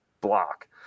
block